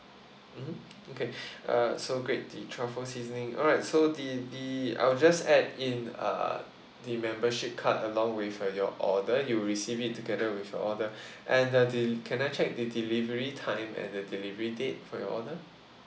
mmhmm okay uh so great the truffle seasoning alright so the the I'll just add in uh the membership card along with your order you will receive it together with your order and the de~ can I check the delivery time and the delivery date for your order